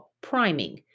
priming